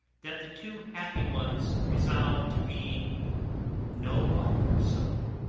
that the two happy ones resolved to be no longer so,